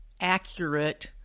accurate